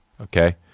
okay